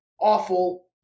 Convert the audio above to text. awful